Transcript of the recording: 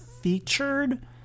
featured